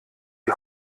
die